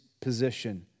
position